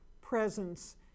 presence